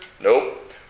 Nope